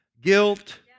guilt